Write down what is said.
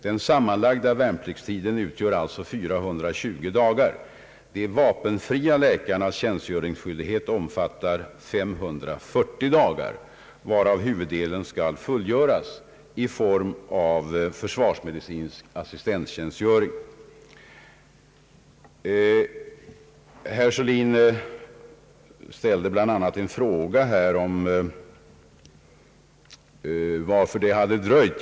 Den sammanlagda värnpliktstiden utgör alltså 420 dagar. De vapenfria läkarnas tjänstgöringsskyldighet omfattar 540 dagar, varav huvuddelen skall fullgöras i form av försvarsmedicinsk assistenttjänstgöring. Man torde kunna räkna med att den försvarsmedicinska assistenttjänstgöringen på sikt kan beräknas motsvara ett 100-tal heltidsarbetande läkare per år. Herr Sörlin ställde bl.a. en fråga om det dröjsmål som här förekommit.